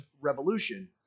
Revolution